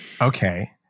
Okay